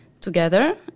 together